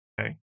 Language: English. Okay